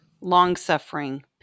long-suffering